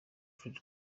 fred